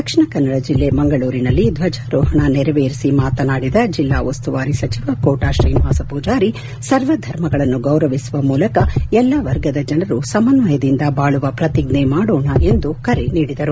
ದಕ್ಷಿಣ ಕನ್ನಡ ಜಿಲ್ಲೆ ಮಂಗಳೂರಿನಲ್ಲಿ ದ್ವಜಾರೋಪಣ ನೆರವೇರಿಸಿ ಮಾತನಾಡಿದ ಜಿಲ್ಲಾ ಉಸ್ತುವಾರಿ ಸಚಿವ ಕೋಟಾ ಶ್ರೀನಿವಾಸ ಪೂಜಾರಿ ಸರ್ವಧರ್ಮಗಳನ್ನು ಗೌರವಿಸುವ ಮೂಲಕ ಎಲ್ಲಾ ವರ್ಗದ ಜನರು ಸಮನ್ವಯದಿಂದ ಬಾಳುವ ಪ್ರತಿಜ್ಞೆ ಮಾಡೋಣ ಎಂದು ಕರೆ ನೀಡಿದರು